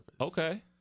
Okay